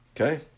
Okay